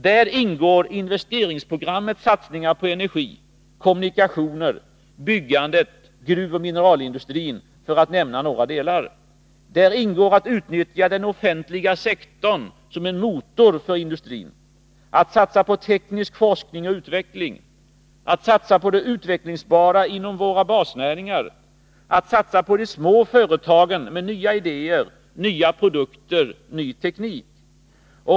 Där ingår investeringsprogrammets satsningar på energi, kommunikationer, byggandet samt gruvoch mineralindustrin, för att nämna några delar. Där ingår att utnyttja den offentliga sektorn som motor för industrin, att satsa på teknisk forskning och utveckling, att satsa på det utvecklingsbara inom våra basnäringar och att satsa på de små företagen med nya idéer, nya produkter och ny teknik.